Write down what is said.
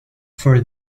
for